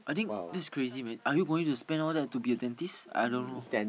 I think that's crazy man are you going to spend all that to be a dentist I don't know